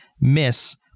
miss